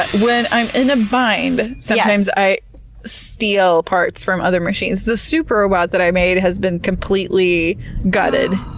when i'm in a bind, sometimes i steal parts from other machines. the soup robot that i made has been completely gutted.